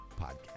podcast